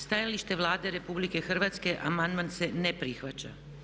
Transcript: Stajalište Vlade RH amandman se ne prihvaća.